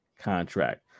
contract